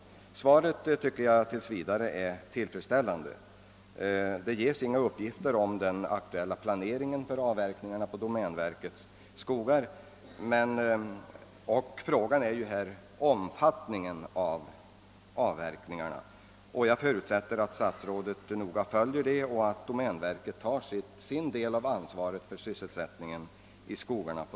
Jag finner statsrådets svar tills vidare tillfredsställande. Däri lämnas dock inga uppgifter om den aktuella planeringen för avverkningar i domänverkets skogar, och frågan gäller här omfattningen av avverkningarna. Jag förutsätter emellertid att statsrådet noga följer utvecklingen och att domänverket tar sin del av ansvaret för sysselsättningen i skogarna.